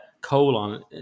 colon